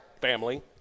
Family